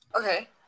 okay